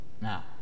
Now